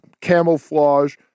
Camouflage